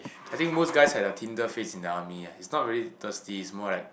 I think most guys had the Tinder face in the army ah it's not really thirsty is more like